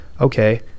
okay